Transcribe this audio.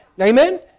Amen